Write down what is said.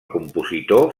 compositor